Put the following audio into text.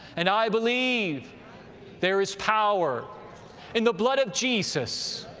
and i believe there is power in the blood of jesus,